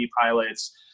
pilots